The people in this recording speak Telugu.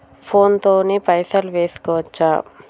ఫోన్ తోని పైసలు వేసుకోవచ్చా?